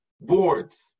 boards